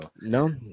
no